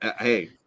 hey